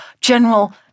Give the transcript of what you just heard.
general